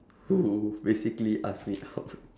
who basically asked me out